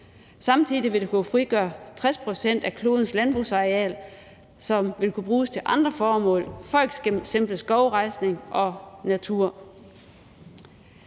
Samtidig vil det kunne frigøre 60 pct. af klodens landbrugsareal, som vil kunne bruges til andre formål, f.eks. skovrejsning og natur.